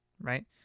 right